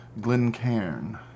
Glencairn